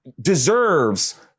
deserves